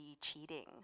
cheating